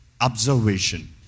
observation